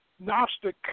Gnostic